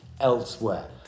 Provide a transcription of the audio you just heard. elsewhere